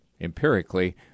empirically